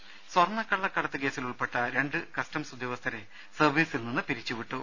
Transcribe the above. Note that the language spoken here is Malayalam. ദുദ സ്വർണ്ണ കള്ളക്കടത്തുകേസിൽ ഉൾപ്പെട്ട രണ്ട് കസ്റ്റംസ് ഉദ്യോഗസ്ഥരെ സർവീസിൽ നിന്ന് പിരിച്ചുവിട്ടു